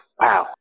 wow